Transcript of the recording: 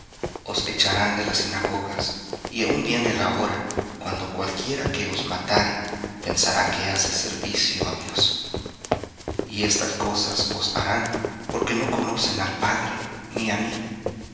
echarán de las sinagogas y aun viene la hora cuando cualquiera que os matare pensará que hace servicio á dios y estas cosas os harán porque no conocen al padre ni á mí